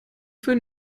für